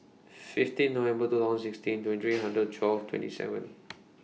fifteen November two thousand sixteen twenty three hundred twelve twenty seven